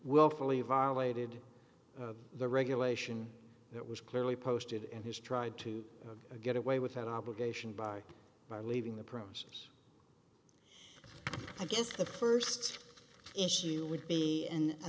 willfully violated the regulation that was clearly posted and has tried to get away with an obligation by by leaving the pros i guess the first issue would be and i